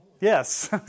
Yes